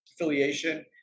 affiliation